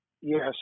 Yes